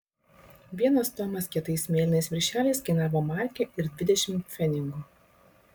vienas tomas kietais mėlynais viršeliais kainavo markę ir dvidešimt pfenigų